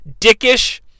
dickish